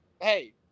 hey